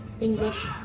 English